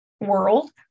world